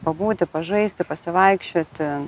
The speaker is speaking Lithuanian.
pabūti pažaisti pasivaikščioti